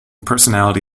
personality